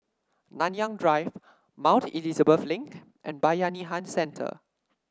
Nanyang Drive Mount Elizabeth Link and Bayanihan Centre